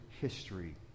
history